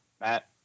Matt